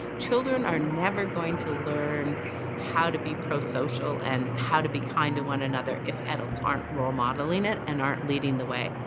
children are never going to learn how to be pro-social and how to be kind to one another if adults aren't role modeling it and aren't leading the way.